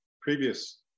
previous